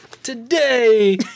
Today